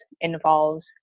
involves